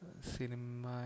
cinema